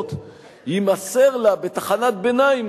בחירות יימסר לה בתחנת ביניים,